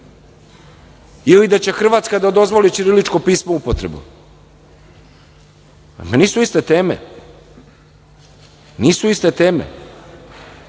Ili da će Hrvatska da dozvoli ćiriličko pismo u upotrebu? Nisu iste teme. Vi ste mogli